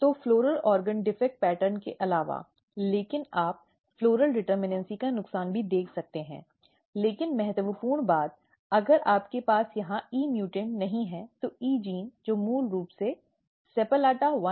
तो पुष्प अंग दोष पैटर्न के अलावा लेकिन आप पुष्प डिटर्मनैसी का नुकसान भी देख सकते हैं लेकिन महत्वपूर्ण बात अगर आपके पास यहां E म्यूटॅन्ट नहीं है तो E जीन तो मूल रूप से SEPALLATA 1 2 3 4